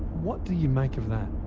what do you make of that?